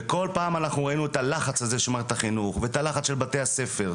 וכל פעם אנחנו ראינו את הלחץ הזה של מערכת החינוך ואת הלחץ של בתי הספר,